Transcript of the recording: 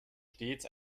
stets